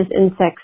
insects